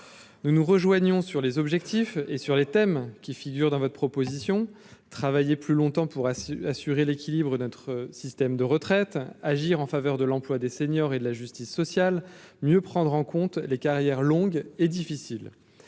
nous nous rejoignons sur les objectifs et sur les thèmes qui figurent dans votre proposition, travailler plus longtemps pour assurer l'équilibre, notre système de retraite agir en faveur de l'emploi des seniors et de la justice sociale, mieux prendre en compte les carrières longues et difficiles,